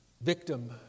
victim